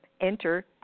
enter